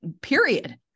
Period